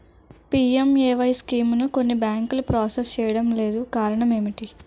PMAY స్కీమును కొన్ని బ్యాంకులు ప్రాసెస్ చేయడం లేదు కారణం ఏమిటి?